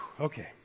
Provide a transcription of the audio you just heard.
Okay